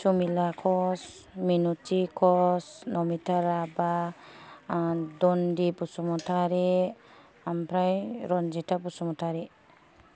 समिला कच मिनुथि कच नमिथा राभा दनदि बसुमतारी ओमफ्राय रनजिथा बसुमतारी